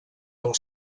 del